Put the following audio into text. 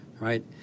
right